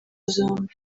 zombi